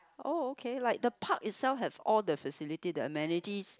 oh okay like the park itself have all the facilities the amenities